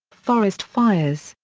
forest fires,